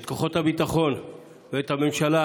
את כוחות הביטחון ואת הממשלה,